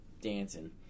dancing